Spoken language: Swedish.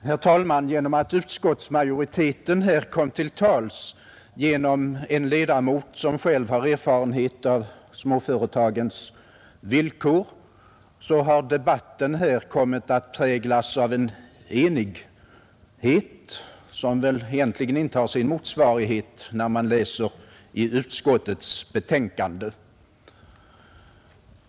Herr talman! Eftersom utskottsmajoriteten här kom till tals genom en ledamot som själv har erfarenhet av småföretagens villkor har debatten präglats av en enighet som egentligen inte har sin motsvarighet i utskottets betänkande.